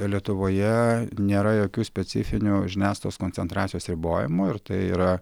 lietuvoje nėra jokių specifinių žiniasklaidos koncentracijos ribojimų ir tai yra